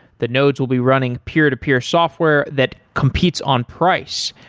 the nodes will be running peer-to-peer software that competes on price,